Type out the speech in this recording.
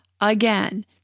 again